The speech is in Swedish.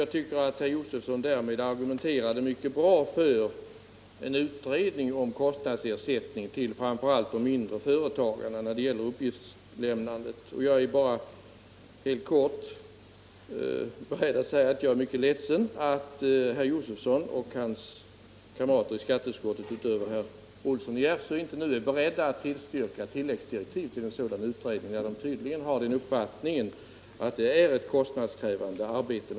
Jag tycker att herr Josefson därmed argumenterade mycket bra för en utredning om kostnadsersättning för uppgiftslämnande till framför allt de mindre företagarna. Jag är mycket ledsen för att herr Josefson och hans kamrater i skatteutskottet, med undantag för herr Olsson i Järvsö, inte är beredda att tillstyrka tilläggsdirektiv till en sådan utredning när de tydligen har den uppfattningen att uppgiftslämnandet är ett kostnadskrävande arbete.